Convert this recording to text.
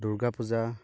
Durga Puja